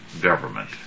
government